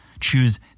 choose